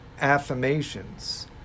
affirmations